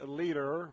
leader